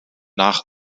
nach